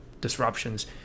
disruptions